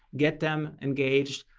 get them engaged,